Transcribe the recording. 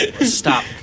Stop